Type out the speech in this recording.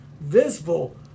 visible